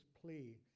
plea